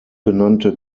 benannte